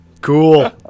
Cool